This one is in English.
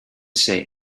say